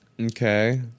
Okay